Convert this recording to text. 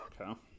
okay